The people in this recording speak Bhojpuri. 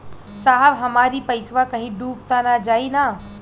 साहब हमार इ पइसवा कहि डूब त ना जाई न?